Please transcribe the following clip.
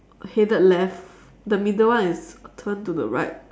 headed left the middle one is turned to the right